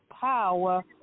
power